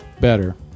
better